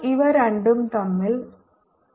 HMagnitude change of the point dipole And E0